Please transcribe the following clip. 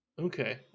Okay